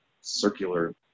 circular